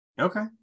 Okay